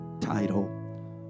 title